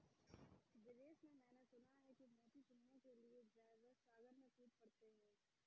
विदेश में मैंने सुना है कि मोती चुनने के लिए ड्राइवर सागर में कूद पड़ते हैं